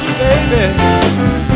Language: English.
baby